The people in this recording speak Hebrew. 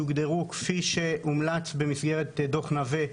יוגדרו, כפי שהומלץ במסגרת דוח נווה,